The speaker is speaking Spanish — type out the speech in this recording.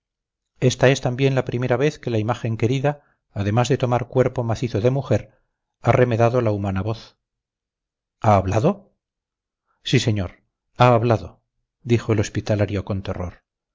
esta es también la primera vez que la imagen querida además de tomar cuerpo macizo de mujer ha remedado la humana voz ha hablado sí señor ha hablado dijo el hospitalario con terror